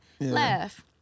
laugh